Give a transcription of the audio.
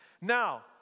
Now